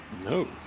No